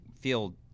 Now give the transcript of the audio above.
feel